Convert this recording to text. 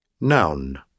Noun